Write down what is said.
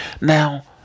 now